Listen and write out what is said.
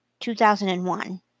2001